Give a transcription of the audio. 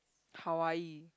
Hawaii